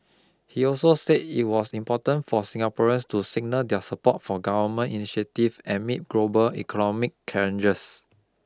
he also said it was important for Singaporeans to signal their support for government initiatives amid global economic challenges